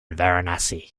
varanasi